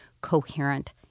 coherent